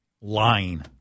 lying